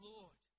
Lord